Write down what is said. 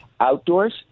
Outdoors